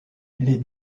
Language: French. les